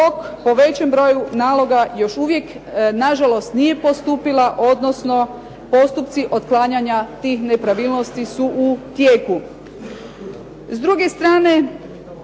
S druge strane,